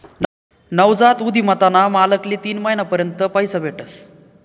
नवजात उधिमताना मालकले तीन महिना पर्यंत पैसा भेटस